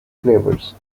flavors